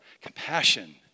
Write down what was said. compassion